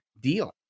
deal